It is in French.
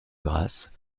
grâce